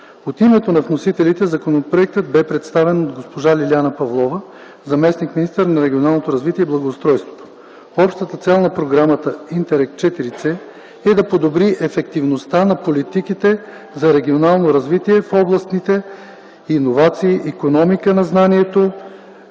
От името на вносителите законопроектът бе представен от госпожа Лиляна Павлова – заместник-министър на регионалното развитие и благоустройството. Общата цел на програмата „Интеррег ІVС” е да подобри ефективността на политиките за регионално развитие в областите иновации, икономика на знанието,